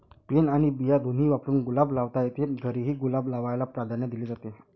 pen आणि बिया दोन्ही वापरून गुलाब लावता येतो, घरीही गुलाब लावायला प्राधान्य दिले जाते